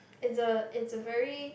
it's a it's a very